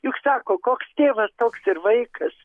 juk sako koks tėvas toks ir vaikas